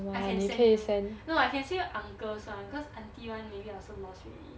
I can send you no I can send you uncle's one because aunty's one maybe I also lost already